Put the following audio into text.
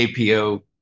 APO